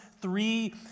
three